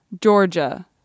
georgia